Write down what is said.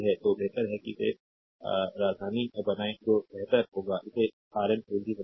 तो बेहतर है कि इसे राजधानी बनाएं जो बेहतर होगा इसे आरएन पूंजी बनाएं